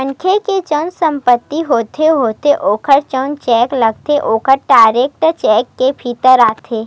मनखे के जउन संपत्ति होथे होथे ओमा जउन टेक्स लगथे ओहा डायरेक्ट टेक्स के भीतर आथे